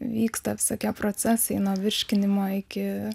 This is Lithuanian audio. vyksta visokie procesai nuo virškinimo iki